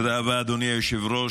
תודה רבה, אדוני היושב-ראש.